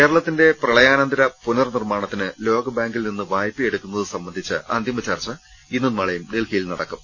കേരളത്തിന്റെ പ്രളയാനന്തര പുനർനിർമ്മാണത്തിന് ലോകബാ ങ്കിൽ നിന്ന് വായ്പയെടുക്കുന്നത് സംബന്ധിച്ച അന്തിമചർച്ച ഇന്നും നാളെയും ഡൽഹിയിൽ നടക്കും